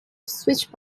switch